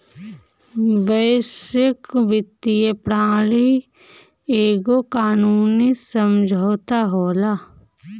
वैश्विक वित्तीय प्रणाली एगो कानूनी समुझौता होला